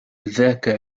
ذاك